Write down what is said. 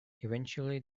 eventually